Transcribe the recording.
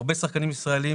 הרבה שחקנים ישראלים,